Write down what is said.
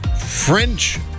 French